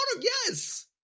yes